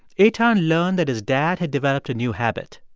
eitan learned that his dad had developed a new habit.